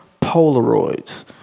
Polaroids